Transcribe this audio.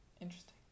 Interesting